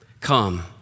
come